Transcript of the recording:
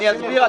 אני אסביר,